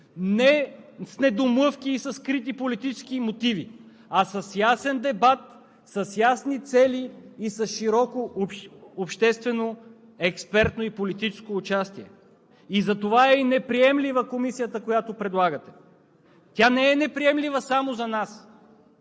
не с недомлъвки и със скрити политически мотиви, а с ясен дебат, с ясни цели и с широко обществено, експертно и политическо участие. Затова е и неприемлива Комисията, която предлагате. Тя е неприемлива не само за нас,